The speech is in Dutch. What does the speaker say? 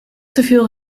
teveel